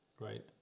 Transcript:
Right